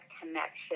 connection